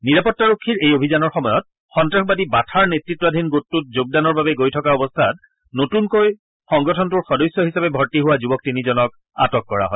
নিৰাপত্তাৰক্ষীৰ এই অভিযানৰ সময়ত সন্ত্ৰাসবাদী 'বাথা'ৰ নেতৃতাধীন গোটটোত যোগদানৰ বাবে গৈ থকা অৱস্থাত নতুনকৈ সংগঠনটোৰ সদস্য হিচাপে ভৰ্তি হোৱা যুৱক তিনিজনক আটক কৰা হয়